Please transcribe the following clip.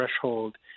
threshold